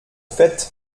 fait